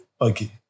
okay